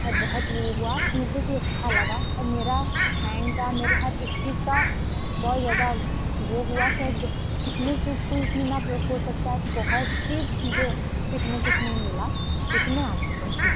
और बहुत वह हुआ कि मुझे कि अच्छा लगा और मेरा माइंड का मेरे हर एक चीज़ का बहुत ज़्यादा वह हुआ कि हाँ जब इतनी चीज़ को इतनी नाप हो सकता है तो बहुत सी चीज़ मुझे सीखने को उसमे मिला जो कि मैं आगे बढ़ी